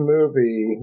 Movie